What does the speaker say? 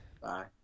Bye